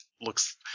looks